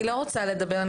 אני לא רוצה לדבר.